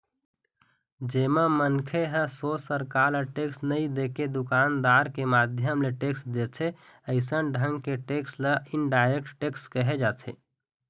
जेमा मनखे ह सोझ सरकार ल टेक्स नई देके दुकानदार के माध्यम ले टेक्स देथे अइसन ढंग के टेक्स ल इनडायरेक्ट टेक्स केहे जाथे